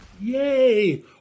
Yay